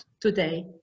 today